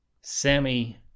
Sammy